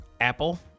Apple